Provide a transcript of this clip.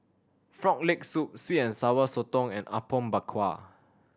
Frog Leg Soup sweet and Sour Sotong and Apom Berkuah